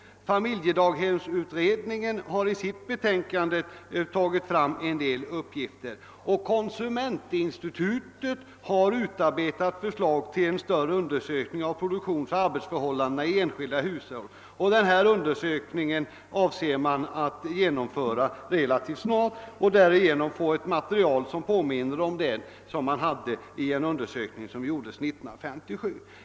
Familjedaghemsutredningen har i sitt betänkande tagit med en del uppgifter härom. Konsumentinstitutet har utarbetat förslag till en större undersökning av produktionsoch arbetsförhållandena i enskilda hushåll, och denna undersökning avser man att genomföra relativt snart för att därigenom få ett material som påminner om det som framkom vid en undersökning 1957.